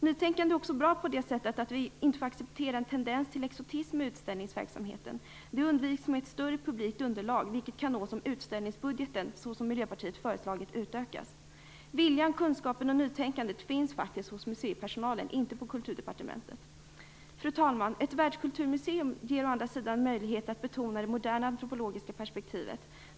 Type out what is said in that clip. Nytänkande är också bra på det sättet att vi inte får acceptera en tendens till exotism i utställningsverksamheten. Det undviks med ett större publikt underlag, vilket kan nås om utställningsbudgeten utökas, såsom Miljöpartiet föreslagit. Viljan, kunskapen och nytänkandet finns faktiskt hos museipersonalen, inte på Kulturdepartementet. Fru talman! Ett världskulturmuseum ger i och för sig möjligheter att betona det moderna antropologiska perspektivet.